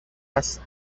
است